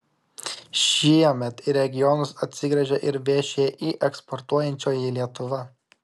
šiemet į regionus atsigręžė ir všį eksportuojančioji lietuva